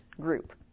group